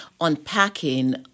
unpacking